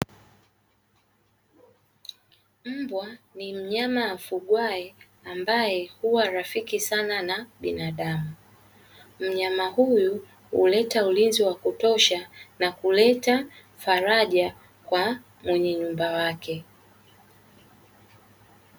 Mbwa ni mnyama afungwae ambaye huwa rafiki sana na binadamu. Mnyama huyo huleta ulinzi wa kutosha na kuleta faraja kwa mwenye nyumba wake.